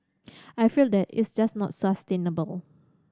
I feel that it's just not sustainable